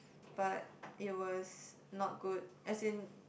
but it was not good as in